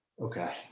Okay